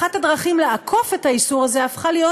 אחת הדרכים לעקוף את האיסור הזה הפכה להיות